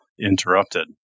interrupted